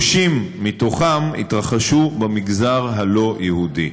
30 מהם היו במגזר הלא-יהודי.